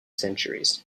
centuries